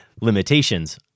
limitations